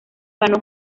ganó